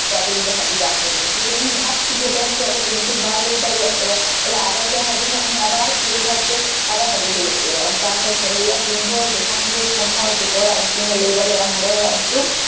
ᱚᱱᱟᱛᱮ ᱟᱫᱚ ᱤᱧ ᱫᱚ ᱟᱫᱚ ᱦᱟᱹᱰᱤ ᱵᱟᱝ ᱦᱩᱭ ᱞᱮᱱ ᱛᱤᱧᱟᱹ ᱡᱮᱦᱮᱛᱩ ᱩᱱᱤᱭ ᱫᱷᱟᱯ ᱠᱮᱫᱮᱭᱟ ᱛᱟᱭᱚᱢ ᱥᱮᱫ ᱠᱷᱚᱱ ᱪᱮᱫᱟᱜ ᱥᱮ ᱦᱮᱡ ᱠᱟᱛᱮ ᱧᱩᱛᱩᱢ ᱵᱟᱭ ᱞᱟᱹᱭ ᱫᱟᱲᱮᱭᱟᱜ ᱛᱟᱭᱟ ᱛᱟᱦᱞᱮ ᱟᱨᱚ ᱡᱟᱦᱟᱸᱭ ᱦᱟᱹᱰᱤᱭᱮᱱᱟ ᱩᱱᱤ ᱟᱵᱟᱨ ᱯᱷᱤᱨᱮ ᱜᱟᱨᱛᱮ ᱟᱨᱚ ᱦᱟᱹᱰᱤ ᱦᱩᱭᱩᱜ ᱛᱟᱭᱟ ᱟᱝᱠᱟᱼᱚᱝᱠᱟ ᱠᱷᱮᱹᱞ ᱦᱩᱭᱩᱜᱼᱟ ᱛᱤᱱ ᱵᱷᱳᱨ ᱡᱚᱠᱷᱚᱱ ᱜᱮ ᱯᱳᱱ ᱦᱚᱲ ᱡᱚᱛᱚ ᱦᱚᱲᱟᱜ ᱧᱩᱛᱩᱢᱮᱭ ᱞᱟᱹᱭ ᱫᱟᱲᱮᱭᱟᱜᱼᱟ ᱢᱚᱬᱮ ᱦᱚᱲᱟᱜ ᱧᱩᱛᱩᱢ